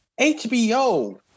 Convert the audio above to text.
HBO